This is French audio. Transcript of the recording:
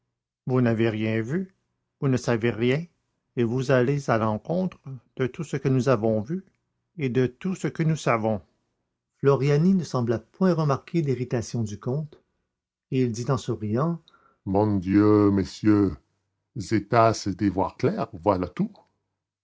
vous n'avez rien vu vous ne savez rien et vous allez à l'encontre de tout ce que nous avons vu et de tout ce que nous savons floriani ne sembla point remarquer l'irritation du comte et il dit en souriant mon dieu monsieur je tâche de voir clair voilà tout